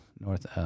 north